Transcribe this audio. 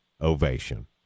ovation